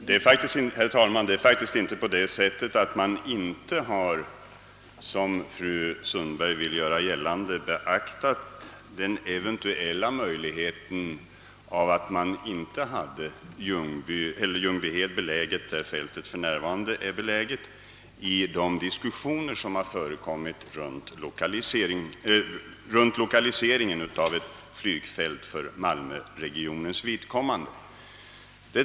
Herr talman! Det förhåller sig faktiskt inte på det sättet, som fru Sundberg vill göra gällande, att man i de diskussioner som har förekommit om lokaliseringen av ett flygfält för malmöregionens vidkommande inte har beaktat möjligheten av en lokalisering där man kunde bortse från militärflygfältet vid Ljungbyhed.